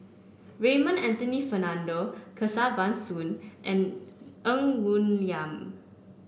Raymond Anthony Fernando Kesavan Soon and Ng Woon Lam